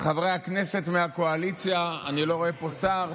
חברי הכנסת מהקואליציה, אני לא רואה פה שר,